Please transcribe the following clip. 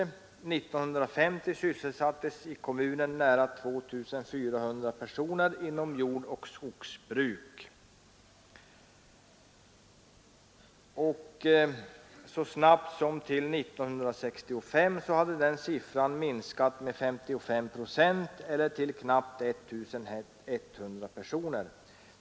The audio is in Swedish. År 1950 sysselsattes i kommunen nära 2400 personer inom jordoch skogsbruk. Så snabbt som till år 1965 hade den siffran minskat med 55 procent eller till knappt 1 100 personer.